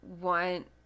want